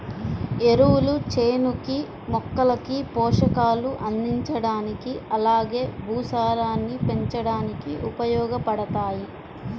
ఎరువులు చేనుకి, మొక్కలకి పోషకాలు అందించడానికి అలానే భూసారాన్ని పెంచడానికి ఉపయోగబడతాయి